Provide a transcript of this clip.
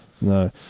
No